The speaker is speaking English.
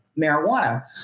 marijuana